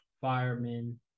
firemen